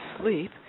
sleep